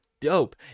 dope